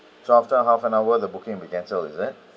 so after half an hour the booking will be cancelled is that